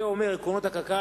עקרונות קק"ל,